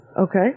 Okay